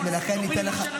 ואומרים: משה,